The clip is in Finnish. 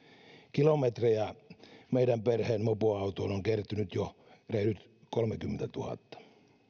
kilometrejä meidän perheemme mopoautoon on kertynyt jo reilut kolmekymmentätuhatta